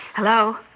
Hello